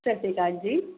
ਸਤਿ ਸ਼੍ਰੀ ਅਕਾਲ ਜੀ